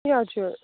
ए हजुर